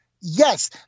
yes